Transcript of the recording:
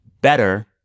better